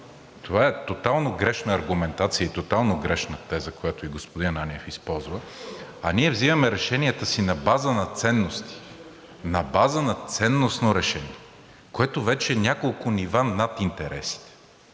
това е тотално грешна аргументация и тотално грешна теза, която и господин Ананиев използва, а ние взимаме решенията си на база на ценности, на база на ценностно решение, което вече е няколко нива над интереса.